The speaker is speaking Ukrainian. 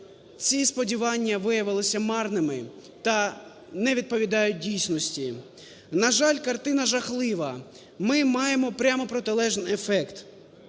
ці сподівання виявилися марними та не відповідають дійсності. На жаль, картина жахлива, ми маємо повністю протилежний ефект.